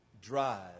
drive